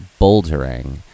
bouldering